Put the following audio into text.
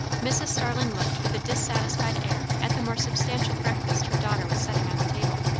mrs. starling looked with a dissatisfied air at the more substantial breakfast her daughter was setting on the table.